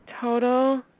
Total